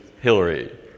Hillary